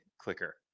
clicker